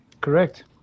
Correct